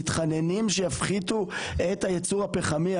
מתחננים שיפחיתו את הייצור הפחמי.